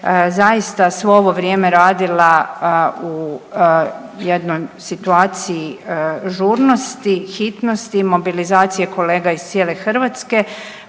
zaista svo ovo vrijeme radila u jednoj situaciji žurnosti, hitnosti i mobilizacije kolega iz cijele Hrvatske.